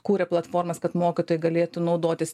kūrė platformas kad mokytojai galėtų naudotis